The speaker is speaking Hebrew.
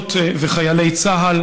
חיילות וחיילי צה"ל,